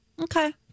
Okay